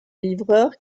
livreur